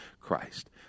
Christ